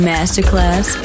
Masterclass